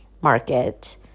Market